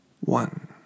One